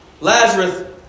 Lazarus